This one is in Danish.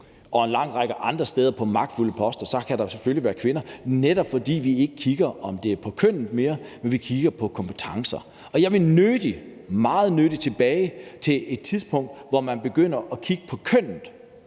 en lang række andre steder kan der selvfølgelig være kvinder, netop fordi vi ikke mere kigger på kønnet, men kigger på kompetencer. Jeg vil nødig, meget nødig, tilbage til et tidspunkt, hvor man begynder at kigge på kønnet